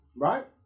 right